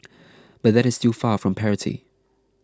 but that is still far from parity